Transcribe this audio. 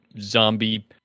zombie